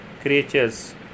creatures